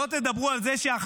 לא תדברו על זה שעכשיו,